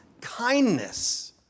kindness